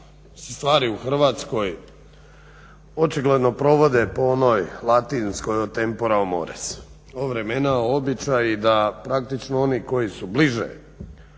stvari u Hrvatskoj očigledno provode po onoj latinskoj o tempora o mores, o vremena o običaji da praktično oni koji su bliže